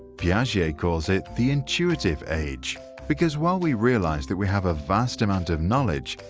piaget calls it the intuitive age because while we realize that we have a vast amount of knowledge,